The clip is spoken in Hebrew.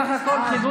חס ושלום.